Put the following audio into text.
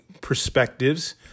perspectives